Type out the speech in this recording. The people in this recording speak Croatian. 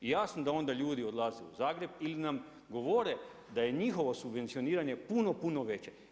I jasno da onda ljudi odlaze u Zagreb ili nam govore da je njihovo subvencioniranje puno, puno veće.